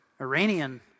Iranian